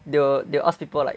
they will they ask people like